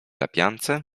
lepiance